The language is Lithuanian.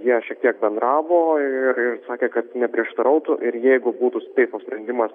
jie šiek tiek bendravo ir ir sakė kad neprieštarautų ir jeigu būtų teismo sprendimas